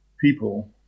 people